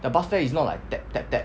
their bus fare is not like tap tap tap